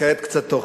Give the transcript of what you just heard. וכעת קצת תוכן.